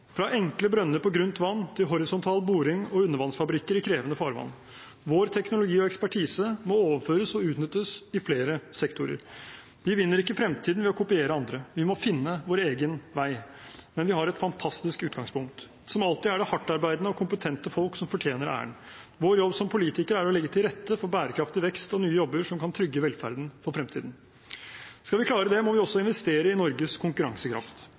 fra enkle brønner på grunt vann til horisontal boring og undervannsfabrikker i krevende farvann. Vår teknologi og ekspertise må overføres og utnyttes i flere sektorer. Vi vinner ikke fremtiden ved å kopiere andre, vi må finne vår egen vei. Men vi har et fantastisk utgangspunkt. Som alltid er det hardtarbeidende og kompetente folk som fortjener æren. Vår jobb som politikere er å legge til rette for bærekraftig vekst og nye jobber som kan trygge velferden for fremtiden. Skal vi klare det, må vi også investere i Norges konkurransekraft.